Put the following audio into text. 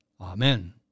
Amen